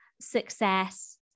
success